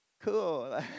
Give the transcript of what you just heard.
cool